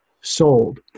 sold